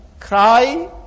Cry